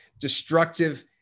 destructive